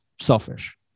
Selfish